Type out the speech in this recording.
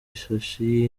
ishashi